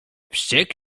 wściekł